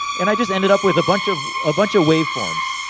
and i just ended up with a bunch of ah bunch of wave forms.